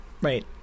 right